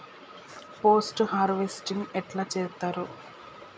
Post harvesting ఎట్ల చేత్తరు?